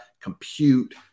compute